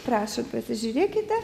prašom pasižiūrėkite